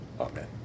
Amen